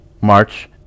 March